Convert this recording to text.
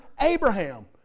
Abraham